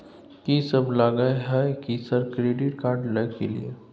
कि सब लगय हय सर क्रेडिट कार्ड लय के लिए?